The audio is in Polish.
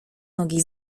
nogi